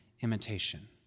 imitation